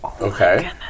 Okay